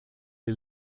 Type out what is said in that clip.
est